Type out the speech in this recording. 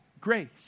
grace